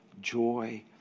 joy